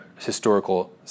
historical